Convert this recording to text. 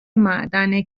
معدن